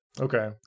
Okay